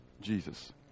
Jesus